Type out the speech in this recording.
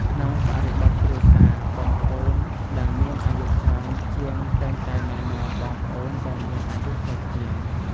ក្នុងបរិបទគ្រួសារ បងប្អូនដែលមានអាយុច្រើនជាងតែងតែណែនាំបងប្អូនដែលមានអាយុតិចជាង។